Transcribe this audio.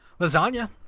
Lasagna